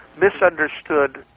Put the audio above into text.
misunderstood